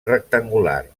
rectangular